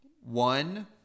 one